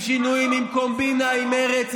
עם קומבינה עם מרצ,